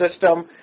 system